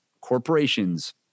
corporations